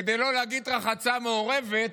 כדי לא להגיד רחצה מעורבת